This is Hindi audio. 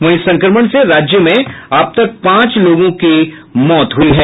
वहीं संक्रमण से राज्य में अब तक पांच लोगों की मौत हो चुकी है